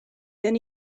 then